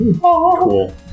Cool